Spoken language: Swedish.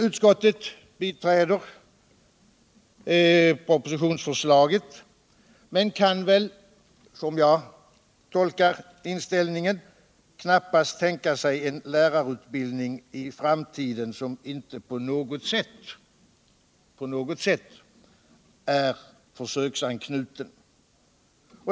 Utskottet biträder propositionsförslaget men kan väl - som jag tolkar inställningen — knappast tänka sig en lärarutbildning i framtiden som inte på något sätt är försöksanknuten.